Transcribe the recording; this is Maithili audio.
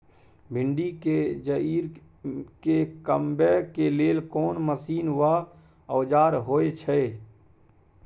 भिंडी के जईर के कमबै के लेल कोन मसीन व औजार होय छै?